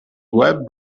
web